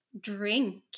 drink